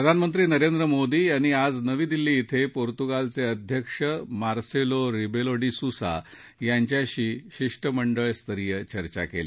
प्रधानमंत्री नरेंद्र मोदी यांनी आज नवी दिल्ली इथं पोर्तुगालचे अध्यक्ष मार्सेलो रिबेलो डी सुसा यांच्याशी शिष्टमंडळ स्तरीय चर्चा केली